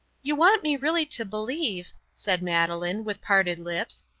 you want me really to believe, said madeleine, with parted lips,